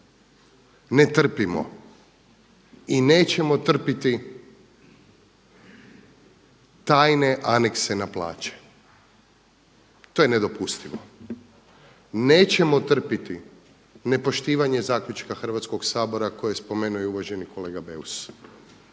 Ne trpimo i nećemo trpiti tajne anekse na plaće. To je nedopustivo. Nećemo trpiti nepoštivanje zaključka Hrvatskog sabora koje je spomenuo i uvaženi kolega Beus.